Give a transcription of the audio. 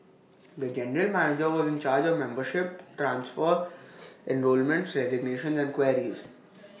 the general manager was in charge of membership transfers enrolments resignations and queries